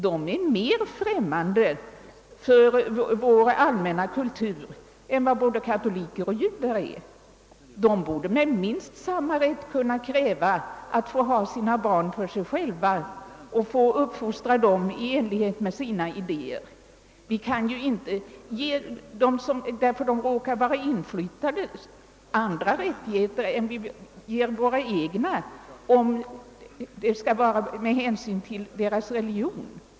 De är mer främmande för vår allmänna kultur än vad både katoliker och judar är. De borde med minst samma rätt kunna kräva att få egna skolor för sina barn och att få uppfostra dem i enlighet med sina idéer. Vi kan ju inte ge religiösa minoriteter andra rättigheter än vi ger våra egna, bara därför att de råkar vara inflyttade.